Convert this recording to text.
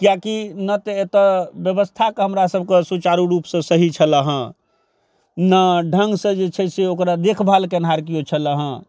किएक कि नहि तऽ एतऽ व्यवस्थाके हमरा सभके सुचारू रूपसँ सही छलहँ ने ढङ्गसँ जे छै से ओकरा देखभाल केनिहार केओ छल हँ